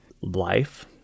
life